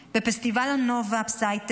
פסטיבל הנובה, פסיידאק והמידברן,